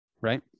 right